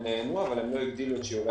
נהנו, אבל לא הגדילו את שיעורי-